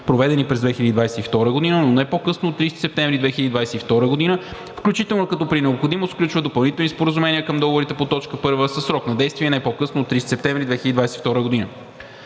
проведени през 2022 г., но не по-късно от 30 септември 2022 г., включително като при необходимост сключва допълнителни споразумения към договорите по т. 1, със срок на действие не по късно от 30 септември 2022 г.